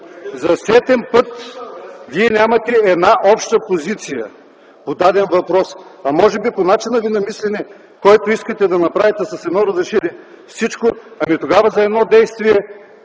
За сетен път вие нямате една обща позиция по даден въпрос, а може би и по начина ви на мислене какво искате да направите с едно разрешение. Тогава за едно действие